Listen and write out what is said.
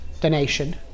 donation